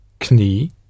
knie